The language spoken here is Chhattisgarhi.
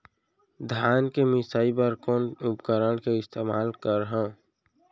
धान के मिसाई बर कोन उपकरण के इस्तेमाल करहव?